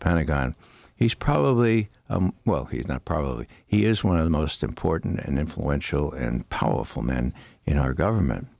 pentagon he's probably well he's not probably he is one of the most important and influential and powerful men in our government